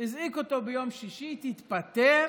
הזעיק אותו ביום שישי: תתפטר,